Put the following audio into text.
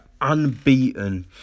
unbeaten